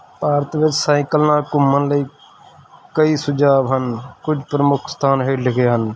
ਭਾਰਤ ਵਿੱਚ ਸਾਈਕਲ ਨਾਲ ਘੁੰਮਣ ਲਈ ਕਈ ਸੁਝਾਅ ਹਨ ਕੁਝ ਪ੍ਰਮੁੱਖ ਸਥਾਨ ਹੇਠ ਲਿਖੇ ਹਨ